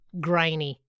grainy